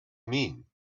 mean